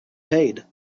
paid